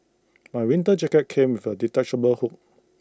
my winter jacket came with A detachable hood